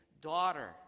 daughter